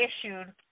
issued